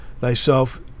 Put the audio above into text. thyself